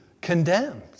condemned